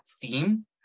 theme